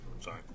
Sorry